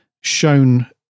shown